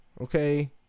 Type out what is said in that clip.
okay